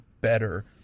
better